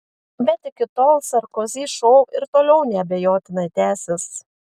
bet iki tol sarkozy šou ir toliau neabejotinai tęsis